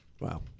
wow